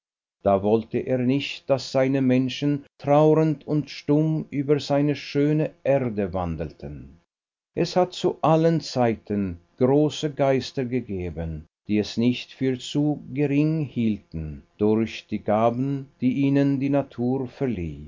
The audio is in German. da wollte er nicht daß seine menschen trauernd und stumm über seine schöne erde wandelten es hat zu allen zeiten große geister gegeben die es nicht für zu gering hielten durch die gaben die ihnen die natur verlieh